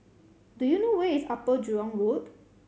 do you know where is Upper Jurong Road